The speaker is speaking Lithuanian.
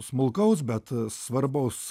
smulkaus bet svarbaus